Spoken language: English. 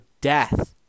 death